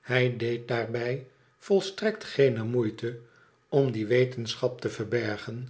hij deed daarbij volstrekt geene moeite om die wetenschap te verbergen